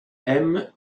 aime